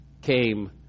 came